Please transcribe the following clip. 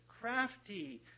crafty